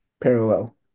parallel